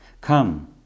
Come